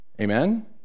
Amen